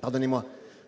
pardonnez-moi